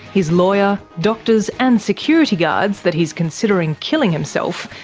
his lawyer, doctors, and security guards that he's considering killing himself,